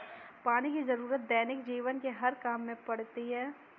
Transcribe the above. पानी की जरुरत दैनिक जीवन के हर काम में पड़ती है